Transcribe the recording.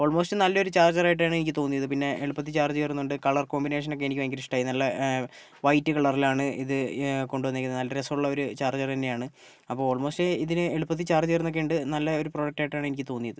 almost നല്ലൊരു charger ആയിട്ടാണ് എനിക്ക് തോന്നിയത് പിന്നെ എളുപ്പത്തിൽ ചാർജ് കയറുന്നുണ്ട് കളർ കോമ്പിനേഷനൊക്കെ എനിക്ക് ഭയങ്കര ഇഷ്ടമായി നല്ല വൈറ്റ് കളറിലാണ് ഇത് കൊണ്ടുവന്നിരിക്കുന്നത് നല്ല രസമുള്ള ഒരു ചാർജറ് തന്നെയാണ് അപ്പോൾ ഓൾമോസ്റ്റ് ഇതിന് എളുപ്പത്തിൽ ചാർജ് കയറുന്നൊക്കെയുണ്ട് നല്ല ഒരു പ്രൊഡക്റ്റായിട്ടാണ് എനിക്ക് തോന്നിയത്